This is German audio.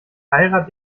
heirat